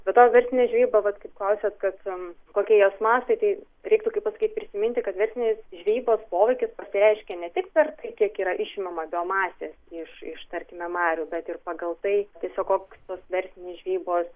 be to verslinė žvejyba vat kaip klausėt kad kokie jos mastai tai reiktų kaip pasakyt prisiminti kad verslinės žvejybos poveikis pasireiškia ne tik per tai kiek yra išimama biomasės iš iš tarkime marių bet ir pagal tai tiesiog koks tos verslinės žvejybos